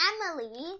Emily